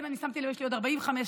כן, שמתי לב, יש לי עוד 45 שניות.